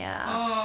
ya